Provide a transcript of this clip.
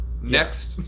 Next